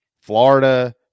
Florida